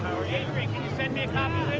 can you send me a copy